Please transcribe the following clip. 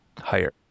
higher